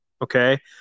Okay